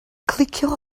cliciwch